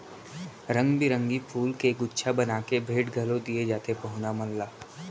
रंग बिरंगी फूल के गुच्छा बना के भेंट घलौ दिये जाथे पहुना मन ला